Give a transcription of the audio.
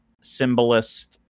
symbolist